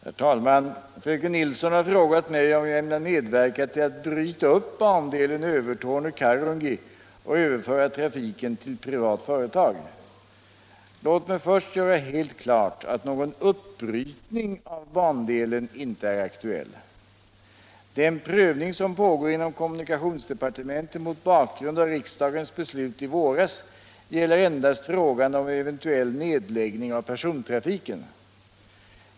Herr talman! Fröken Nilsson har frågat mig om jag ämnar medverka — Nr 33 till att bryta upp bandelen Övertorneå-Karungi och överföra trafiken till privat företag. Låt mig först göra helt klart att någon ”uppbrytning” av bandelen I inte är aktuell. Den prövning som pågår inom kommunikationsdepar Om tågtrafiken på tementet mot bakgrund av riksdagens beslut i våras gäller endast frågan — bandelen Karungiom en eventuell nedläggning av persontrafiken.